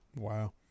Wow